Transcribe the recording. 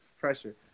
pressure